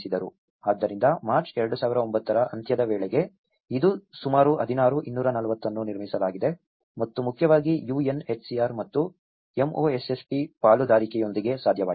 ಆದ್ದರಿಂದ ಮಾರ್ಚ್ 2009 ರ ಅಂತ್ಯದ ವೇಳೆಗೆ ಇದು ಸುಮಾರು 16 240 ಅನ್ನು ನಿರ್ಮಿಸಲಾಗಿದೆ ಮತ್ತು ಮುಖ್ಯವಾಗಿ UNHCR ಮತ್ತು MoSSP ಪಾಲುದಾರಿಕೆಯೊಂದಿಗೆ ಸಾಧ್ಯವಾಯಿತು